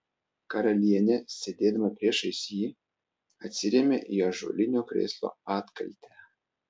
karalienė sėdėdama priešais jį atsirėmė į ąžuolinio krėslo atkaltę